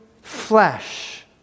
flesh